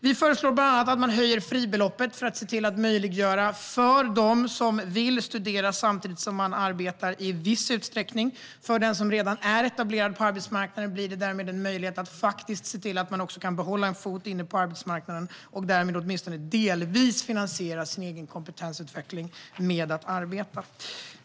Vi föreslår bland annat att fribeloppet ska höjas för att det ska vara möjligt att studera samtidigt som man i viss utsträckning arbetar. För den som redan är etablerad på arbetsmarknaden blir det därmed en möjlighet att behålla en fot på arbetsmarknaden. Och man kan då åtminstone delvis finansiera sin egen kompetensutveckling genom att arbeta.